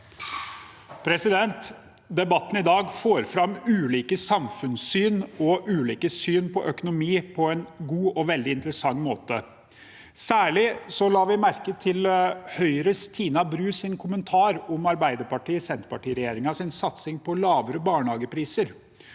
Debatten i dag får fram ulike samfunnssyn og ulike syn på økonomi på en god og veldig interessant måte. Særlig la vi merke til Høyres Tina Bru sin kommentar om at Arbeiderparti–Senterparti-regjeringens satsing på lavere barnehagepriser